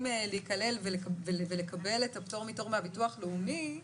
להיכלל ולקבל את הפטור מתור מהביטוח הלאומי,